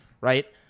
right